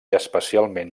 especialment